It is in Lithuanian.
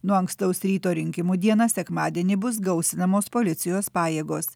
nuo ankstaus ryto rinkimų dieną sekmadienį bus gausinamos policijos pajėgos